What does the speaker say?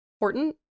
important